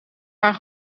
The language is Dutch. haar